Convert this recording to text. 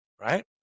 right